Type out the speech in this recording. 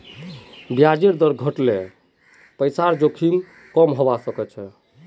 ब्याजेर दर घट ल पैसार जोखिम कम हइ जा छेक